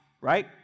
right